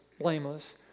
blameless